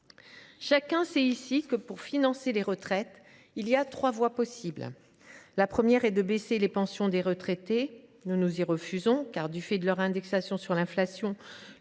Chacun sait ici que, pour financer les retraites, il y a trois voies possibles. La première est de baisser les pensions des retraités. Nous nous y refusons, car, du fait de leur indexation sur l’inflation,